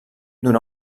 donà